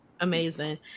Amazing